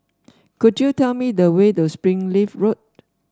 could you tell me the way to Springleaf Road